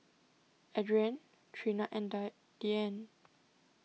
Adrienne Trina and die Deane